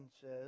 says